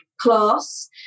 class